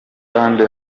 kandi